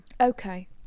Okay